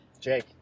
Jake